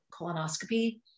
colonoscopy